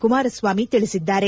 ಕುಮಾರಸ್ವಾಮಿ ತಿಳಿಸಿದ್ದಾರೆ